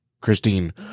Christine